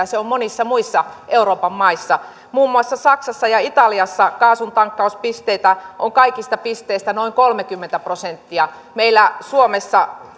se on monissa muissa euroopan maissa muun muassa saksassa ja italiassa kaasun tankkauspisteitä on kaikista pisteistä noin kolmekymmentä prosenttia meillä suomessa